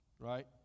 Right